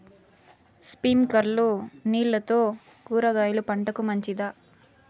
స్ప్రింక్లర్లు నీళ్లతో కూరగాయల పంటకు మంచిదా?